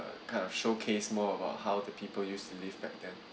kind of showcase more about how the people used to live back then